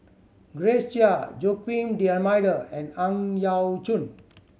Grace Chia Joaquim D'Almeida and Ang Yau Choon